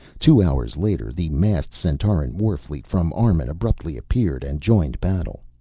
two hours later the massed centauran warfleet from armun abruptly appeared and joined battle.